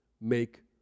Make